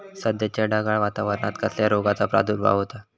सध्याच्या ढगाळ वातावरणान कसल्या रोगाचो प्रादुर्भाव होता?